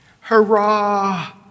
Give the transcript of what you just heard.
Hurrah